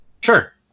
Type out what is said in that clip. sure